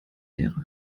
leere